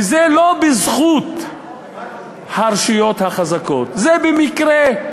וזה לא בזכות הרשויות החזקות, זה במקרה,